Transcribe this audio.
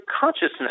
consciousness